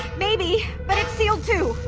maybe, but it's sealed, too.